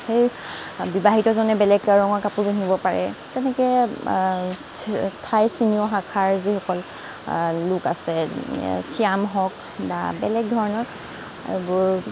সেই বিবাহিতজনে বেলেগ ৰঙৰ কাপোৰ পিন্ধিব পাৰে তেনেকৈ থাই চীনীয় শাখাৰ যিসকল লোক আছে চিয়ান হওঁক বা বেলেগ ধৰণৰ এইবোৰ